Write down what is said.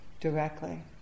directly